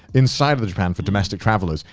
inside of the japan for domestic travelers,